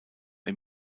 ihm